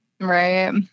Right